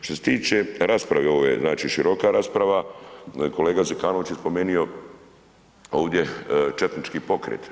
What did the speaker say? Što se tiče rasprave, ovo je znači široka rasprava. kolega Zekanović je spomenuo ovdje četnički pokret.